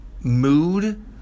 mood